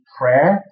prayer